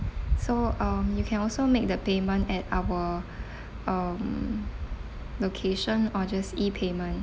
so um you can also make the payment at our um location or just E payment